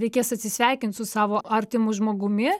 reikės atsisveikint su savo artimu žmogumi